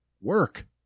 work